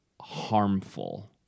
harmful